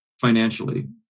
financially